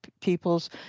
peoples